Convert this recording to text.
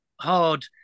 hard